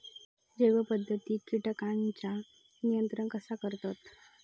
जैव पध्दतीत किटकांचा नियंत्रण कसा करतत?